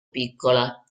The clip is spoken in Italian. piccola